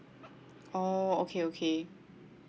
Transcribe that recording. oh okay okay